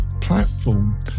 platform